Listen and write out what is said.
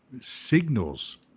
signals